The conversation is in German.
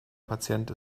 patient